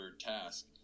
task